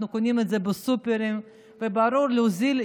אנחנו קונים את זה בסופרים, וברור שיש להוזיל.